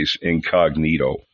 incognito